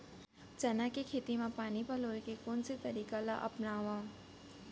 चना के खेती म पानी पलोय के कोन से तरीका ला अपनावव?